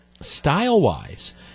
style-wise